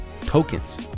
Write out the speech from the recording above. tokens